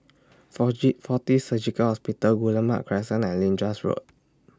forge Fortis Surgical Hospital Guillemard Crescent and Lyndhurst Road